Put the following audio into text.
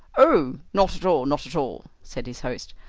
oh, not at all, not at all, said his host.